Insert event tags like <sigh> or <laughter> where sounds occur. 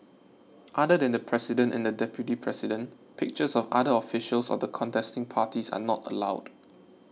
<noise> other than the president and the deputy president pictures of other officials of the contesting parties are not allowed